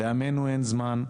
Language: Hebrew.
לעמנו אין זמן.